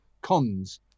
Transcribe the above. Cons